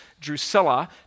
Drusilla